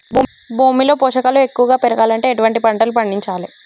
భూమిలో పోషకాలు ఎక్కువగా పెరగాలంటే ఎటువంటి పంటలు పండించాలే?